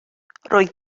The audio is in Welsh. roedd